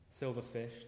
Silverfish